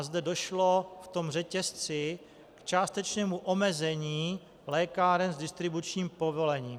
Zde došlo v tom řetězci k částečnému omezení lékáren s distribučním povolením.